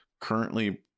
currently